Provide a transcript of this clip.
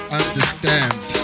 understands